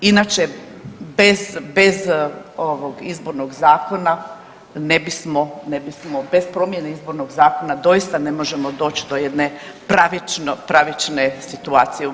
Inače, bez ovog izbornog zakona ne bismo, bez promjene izbornog zakona doista ne možemo doći do jedne pravične situacije u BiH.